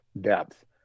depth